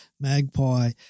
Magpie